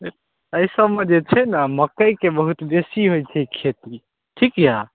अइ सबमे जे छै ने मकइके बहुत बेसी होइ छै खेती ठीक यऽ